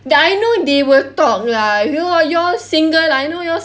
tha~ I know they will talk lah you all you all single I know you all